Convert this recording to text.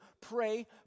pray